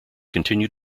continue